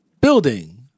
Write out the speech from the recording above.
building